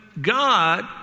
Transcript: God